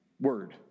word